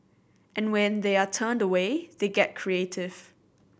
and when they are turned away they get creative